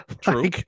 True